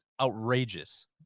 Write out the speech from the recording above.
outrageous